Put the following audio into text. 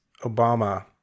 Obama